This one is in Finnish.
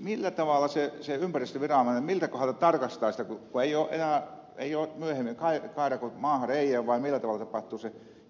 millä tavalla miltä kohdalta se ympäristöviranomainen tarkastaa sitä kaivanko maahan reiän vai millä tavalla se tapahtuu